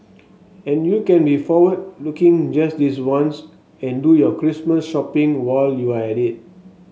and you can be forward looking just this once and do your Christmas shopping while you're at it